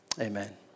Amen